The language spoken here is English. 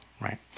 right